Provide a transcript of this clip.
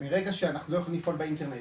מרגע שאנחנו לא יכולים לפעול באינטרנט,